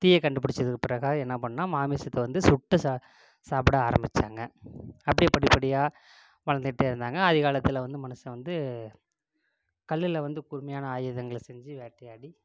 தீயை கண்டுப்பிடிச்சதுக்கு பிறகு என்ன பண்ணான் மாமிசத்தை வந்து சுட்டு சாப்பிட ஆரம்பித்தாங்க அப்படியே படிபடியாக வளர்ந்துகிட்டே இருந்தாங்க ஆதி காலத்தில் வந்து மனுஷன் வந்து கல்லில் வந்து கூர்மையான ஆயுதங்களை செஞ்சு வேட்டையாடி